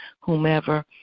whomever